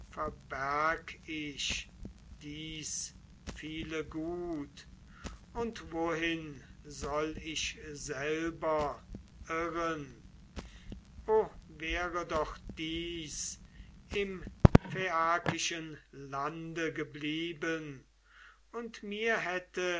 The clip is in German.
ich dies viele gut und wohin soll ich selber irren o wäre doch dies im phaiakischen lande geblieben und mir hätte